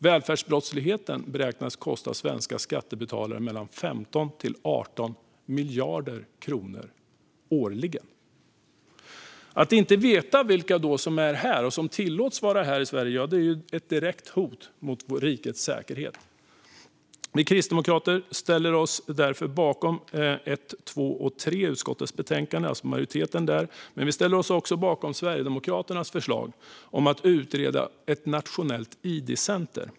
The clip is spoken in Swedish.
Välfärdsbrottsligheten beräknas kosta svenska skattebetalare mellan 15 och 18 miljarder kronor årligen. Att inte veta vilka som är här i Sverige och som tillåts vara här är ett direkt hot mot rikets säkerhet. Vi kristdemokrater ställer oss därför bakom punkterna 1, 2 och 3 i utskottets betänkande, det vill säga majoritetens ståndpunkt. Vi ställer oss också bakom Sverigedemokraternas förslag om att utreda ett nationellt id-center.